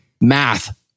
math